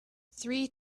three